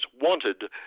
wanted